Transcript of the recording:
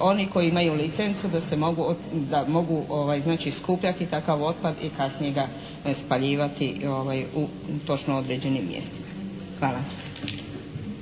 oni koji imaju licencu da se mogu, da mogu znači skupljati takav otpad i kasnije ga spaljivati u točno određenim mjestima. Hvala.